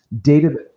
data